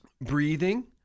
breathing